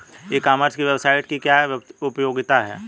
ई commerce की website की क्या उपयोगिता है?